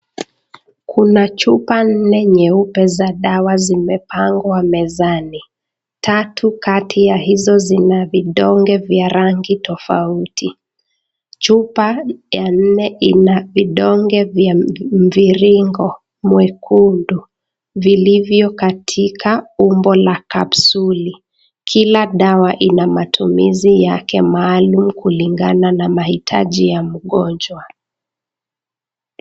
Kuna chupa nne nyeupe za dawa zimepangwa mezani. Tatu kati ya hizo zina vidonge vya rangi tofauti. Chupa ya nne ina vidonge vya mviringo mekundu vilivyo katika umbo la capsuli . Kila dawa ina matumizi yake maalum kulingana na mahitaji ya mgonjwa.